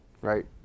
right